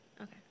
Okay